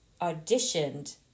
auditioned